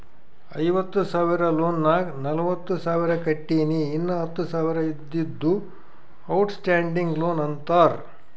ಐವತ್ತ ಸಾವಿರ ಲೋನ್ ನಾಗ್ ನಲ್ವತ್ತ ಸಾವಿರ ಕಟ್ಟಿನಿ ಇನ್ನಾ ಹತ್ತ ಸಾವಿರ ಇದ್ದಿದ್ದು ಔಟ್ ಸ್ಟ್ಯಾಂಡಿಂಗ್ ಲೋನ್ ಅಂತಾರ